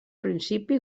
principi